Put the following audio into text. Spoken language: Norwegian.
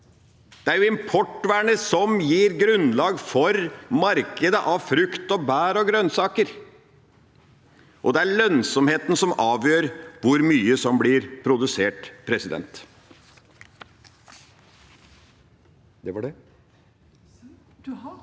Det er jo importvernet som gir grunnlag for markedet for frukt og bær og grønnsaker, og det er lønnsomheten som avgjør hvor mye som blir produsert. Det